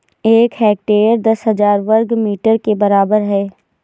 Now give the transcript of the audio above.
एक हेक्टेयर दस हजार वर्ग मीटर के बराबर है